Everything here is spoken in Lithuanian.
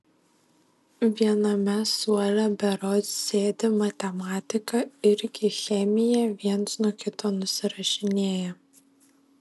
viename suole berods sėdi matematiką irgi chemiją viens nuo kito nusirašinėja